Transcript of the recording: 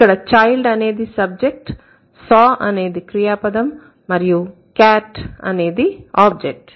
ఇక్కడ Child అనేది subject saw అనేది క్రియా పదం మరియు cat అనేది ఆబ్జెక్ట్